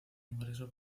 ingreso